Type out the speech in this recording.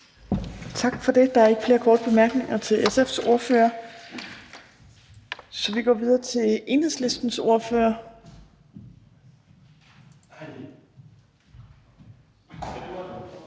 Tak for det. Der er ikke flere korte bemærkninger til SF's ordfører, så vi går videre til Enhedslistens ordfører.